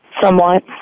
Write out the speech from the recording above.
Somewhat